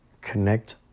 Connect